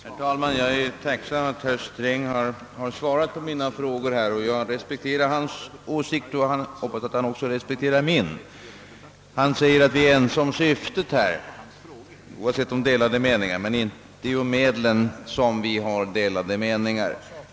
Herr talman! Jag är tacksam för att herr Sträng har svarat på mina frågor. Jag respekterar hans åsikt, och jag hoppas att han också respekterar min. Han säger att vi är ense om syftet och att det är om medlen som vi har delade meningar.